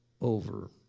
over